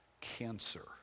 cancer